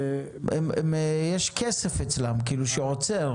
יש כסף אצלם למי שרוצה.